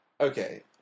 Okay